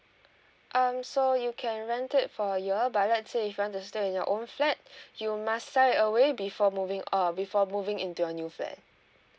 um so you can rent it for a year but let's say if you want to stay in your own flat you must sell away before moving uh before moving into a new flat